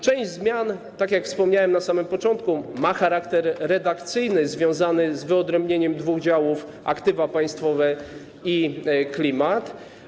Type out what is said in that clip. Część zmian, tak jak wspomniałem na samym początku, ma charakter redakcyjny związany z wyodrębnieniem dwóch działów aktywa państwowe i klimat.